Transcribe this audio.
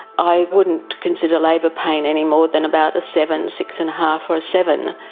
i wouldn't consider labour pain any more then about seven, six and a half or a seven.